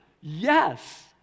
Yes